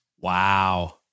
Wow